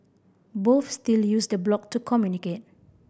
both still use the blog to communicate